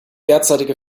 derzeitige